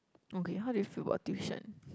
okay how do you feel about tuition